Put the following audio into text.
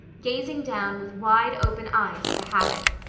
gazing down with wide-open eyes at the havoc.